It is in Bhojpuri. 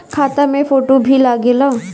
खाता मे फोटो भी लागे ला?